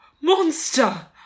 monster